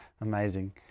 Amazing